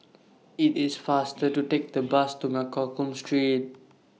IT IS faster to Take The Bus to Mccallum Street